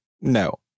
no